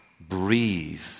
breathe